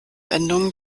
wendungen